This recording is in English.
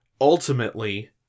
ultimately